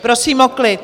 Prosím o klid!